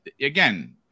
again